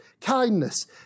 kindness